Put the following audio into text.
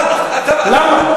למה?